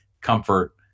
comfort